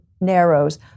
narrows